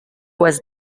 was